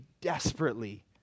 desperately